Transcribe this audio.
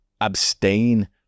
abstain